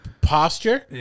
posture